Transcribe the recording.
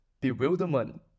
Bewilderment